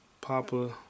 Papa